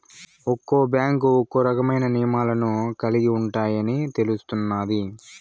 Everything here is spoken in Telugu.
ఒక్క బ్యాంకు ఒక్కో రకమైన నియమాలను కలిగి ఉంటాయని తెలుస్తున్నాది